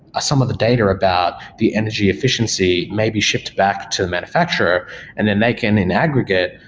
some of the data about the energy efficiency maybe shipped back to the manufacturer and then they can and aggregate,